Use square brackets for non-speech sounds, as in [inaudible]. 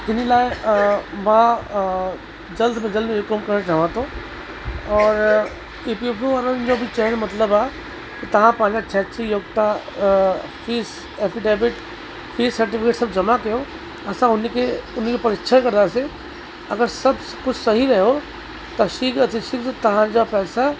जिनि लाइ मां जल्द में जल्द हुकुम करण चाहियां थो और ई पी फ़ वारनि जो बि चवण जो मतलबु आहे तव्हां पंहिंजा [unintelligible] फ़ीस डैबिट फ़ीस सर्टिफ़िकेट सभु जमा कयो असां हुनखे हुनजो परिक्षण कंदासीं अगरि सभु कुझु सही रहियो त शीघ्र अति शीघ्र तव्हांजा पैसा